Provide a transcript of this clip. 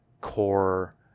core